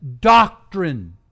doctrine